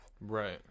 Right